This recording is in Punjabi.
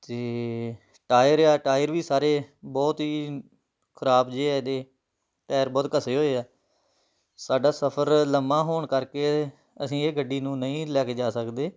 ਅਤੇ ਟਾਇਰ ਆ ਟਾਇਰ ਵੀ ਸਾਰੇ ਬਹੁਤ ਹੀ ਖਰਾਬ ਜਿਹੇ ਆ ਇਹਦੇ ਟਾਇਰ ਬਹੁਤ ਘਸੇ ਹੋਏ ਆ ਸਾਡਾ ਸਫਰ ਲੰਬਾ ਹੋਣ ਕਰਕੇ ਅਸੀਂ ਇਹ ਗੱਡੀ ਨੂੰ ਨਹੀਂ ਲੈ ਕੇ ਜਾ ਸਕਦੇ